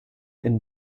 and